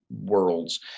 worlds